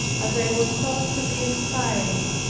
as i was thought to be expiring.